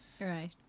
Right